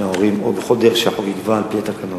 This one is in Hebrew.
ההורים בכל דרך שאנחנו נקבע על-פי התקנות.